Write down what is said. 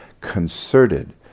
concerted